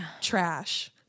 Trash